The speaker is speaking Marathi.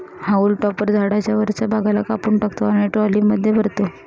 हाऊल टॉपर झाडाच्या वरच्या भागाला कापून टाकतो आणि ट्रॉलीमध्ये भरतो